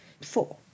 four